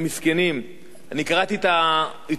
קראתי את העיתונים בשבוע שעבר,